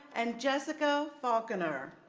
and jessica faulkner.